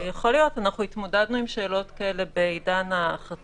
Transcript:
הטענה שיתאפשרו בדיקות חלופיות לחיסון היא מסוכנת בפני עצמה,